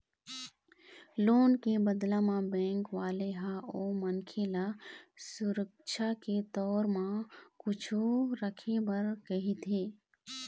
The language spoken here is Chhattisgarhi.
लोन के बदला म बेंक वाले ह ओ मनखे ल सुरक्छा के तौर म कुछु रखे बर कहिथे